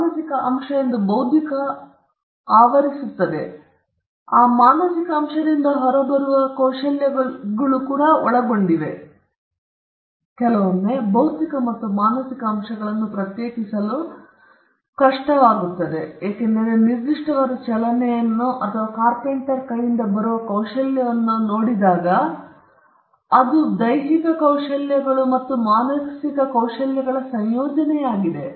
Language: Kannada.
ಮಾನಸಿಕ ಅಂಶ ಎಂದು ಬೌದ್ಧಿಕ ಆವರಿಸುತ್ತದೆ ಅದು ಆ ಮಾನಸಿಕ ಅಂಶದಿಂದ ಹೊರಬರುವ ಕೌಶಲ್ಯಗಳನ್ನು ಕೂಡಾ ಒಳಗೊಳ್ಳುತ್ತದೆ ಕೆಲವೊಮ್ಮೆ ಭೌತಿಕ ಮತ್ತು ಮಾನಸಿಕ ಅಂಶವನ್ನು ಪ್ರತ್ಯೇಕಿಸಲು ಕಷ್ಟವಾಗುತ್ತದೆ ಏಕೆಂದರೆ ನಿರ್ದಿಷ್ಟವಾದ ಚಲನೆಯನ್ನು ಅಥವಾ ಕಾರ್ಪೆಂಟರ್ ಕೈಯಿಂದ ಬರುವ ಕೌಶಲ್ಯವನ್ನು ಹೊಂದಿರುವಾಗ ಅದು ಕೆಲವು ದೈಹಿಕ ಕೌಶಲಗಳು ಮತ್ತು ಮಾನಸಿಕ ಕೌಶಲ್ಯಗಳ ಸಂಯೋಜನೆಯಾಗಿದೆ